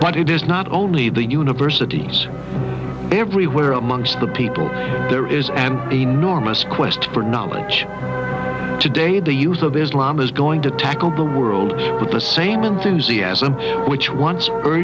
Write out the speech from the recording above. but it is not only the universities everywhere amongst the people there is an enormous quest for knowledge today the use of islam is going to tackle the world for the same enthusiasm which on